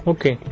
Okay